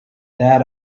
that